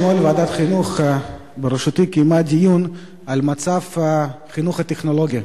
אתמול ועדת החינוך בראשותי קיימה דיון על מצב החינוך הטכנולוגי.